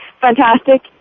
fantastic